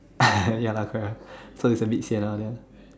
ya lah correct lah so it's a bit sian down there lah